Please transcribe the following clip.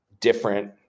different